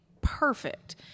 perfect